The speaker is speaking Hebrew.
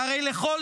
והרי לכל